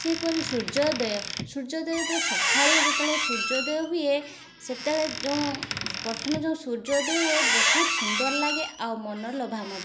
ସେହିପରି ସୂର୍ଯ୍ୟୋଦୟ ସୂର୍ଯ୍ୟୋଦୟ ଯେତେବେଳେ ସକାଳୁ ଯେତେବେଳେ ସୂର୍ଯ୍ୟୋଦୟ ହୁଏ ସେତେଳେ ଯେଉଁ ପ୍ରଥମେ ଯେଉଁ ସୂର୍ଯ୍ୟୋଦୟ ହୁଏ ବହୁତ ସୁନ୍ଦର ଲାଗେ ଆଉ ମନୋଲୋଭା ମଧ୍ୟ